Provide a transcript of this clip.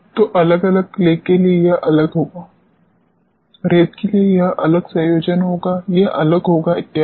तो अलग अलग क्ले के लिए यह अलग होगा रेत के लिए यह अलग संयोजन होगा यह अलग होगा इत्यादि